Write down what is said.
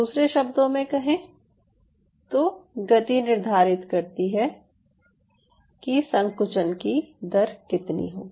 दूसरे शब्दों में कहें तो गति निर्धारित करती है कि संकुचन की दर कितनी होगी